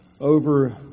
over